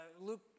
Luke